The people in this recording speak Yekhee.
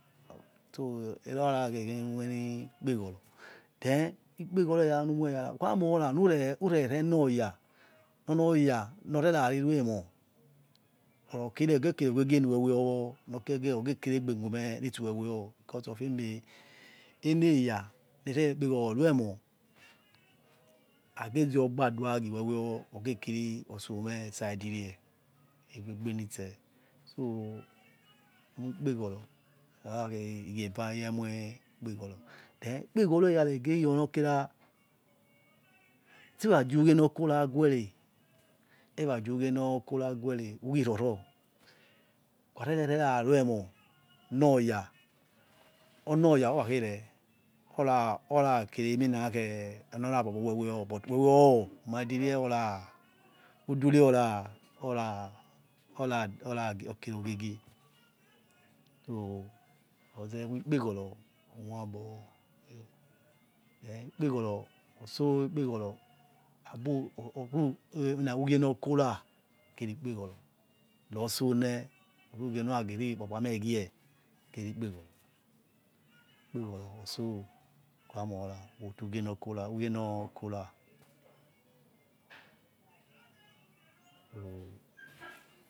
to erakhenemoinikpeghoro then ikpeghoro eyare numor ureure renor ya onor oya nor rera riruemor or kere ogkeregbe genorweor ogekeriegbe mume nitsi wewe because of eme eneya nereni kpeghoro ruemoh agezor gbadua giweweo ogekiri otsomeh siderie egbe egbebenitse so emorkpeghorio ehahe ighe eva emoikpe ghoro then ikpeghoro eyara norkira sterazughie nor koro guere erazogi norkora guere we roro ukha rereruemoh nor ya ono oya orakhere ora orakireminakhe nor nakpapiwe newo but we wesh mindi rie ora udurie ora ora ora ora keriogiegie so roze enookmeghoro omoi aboyor them ikpegoro otso enikpegoro abu ebure emina nghe nor khora kheri kpegoro rotsone urughie nor nage rikpa kpa meh gie ken kpeghoro ikpeghoro otso ukharuora but ugie nor kora